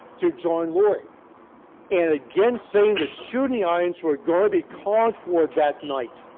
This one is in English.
to john lloyd and again saying the shooting irons were going to be called for that night.